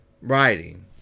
writing